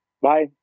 Bye